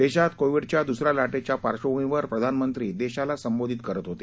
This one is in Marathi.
देशात कोविडच्या दुसऱ्या लाटेच्या पार्धभूमीवर प्रधानमंत्री देशाला संबोधित करत होते